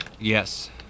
Yes